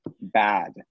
Bad